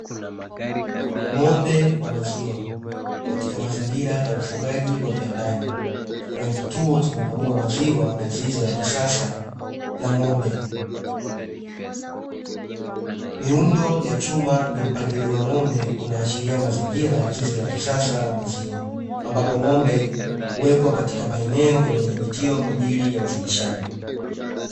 Ng’ombe wa maziwa katika mazingira ya ufugaji wa viwandani, kuna kituo cha kukamua maziwa na zizi la kisasa la ng’ombe. Miundo ya chuma na mpangilio wa ng’ombe unaashiria mazingira ya zizi la kisasa la maziwa, ambapo ng’ombe huwekwa katika maeneo yaliyodhibitiwa kwa ajili ya uzalishaji.